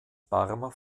barmer